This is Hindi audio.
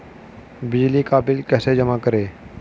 बिजली का बिल कैसे जमा करें?